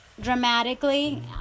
dramatically